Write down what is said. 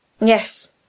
Yes